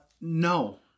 no